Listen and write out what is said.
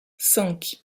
cinq